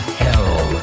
hell